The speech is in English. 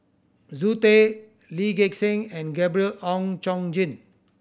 Zoe Tay Lee Gek Seng and Gabriel Oon Chong Jin